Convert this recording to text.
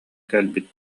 кэлбит